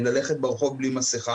כדי למכר בני נוער שכרגע אין להם מסגרת